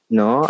no